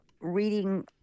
reading